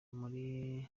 muri